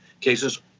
cases